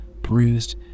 bruised